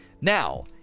now